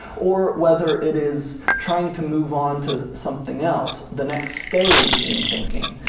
or whether it is trying to move onto something else, the next stage in thinking.